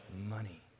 Money